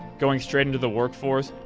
going straight into the workforce,